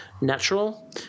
natural